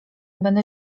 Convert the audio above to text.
będę